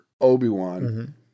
Obi-Wan